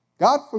God